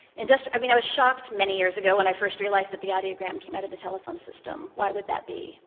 and i mean, i was shocked many years ago when i first realized that the audiogram came out of the telephone system. why would that be?